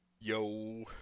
Yo